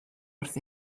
wrth